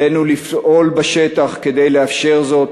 עלינו לפעול בשטח כדי לאפשר זאת